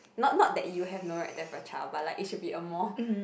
not not that you have no right to have a child but like it should be a more